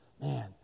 Man